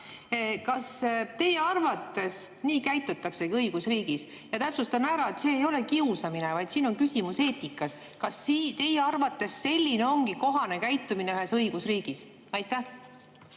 Kas teie arvates nii käitutaksegi õigusriigis? Ja täpsustan ära, et see ei ole kiusamine, vaid siin on küsimus eetikas. Kas teie arvates selline ongi kohane käitumine ühes õigusriigis? Ma